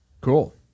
cool